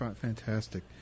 Fantastic